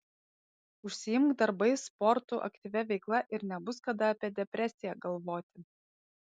užsiimk darbais sportu aktyvia veikla ir nebus kada apie depresiją galvoti